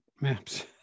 maps